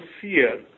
fear